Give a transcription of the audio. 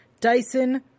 Dyson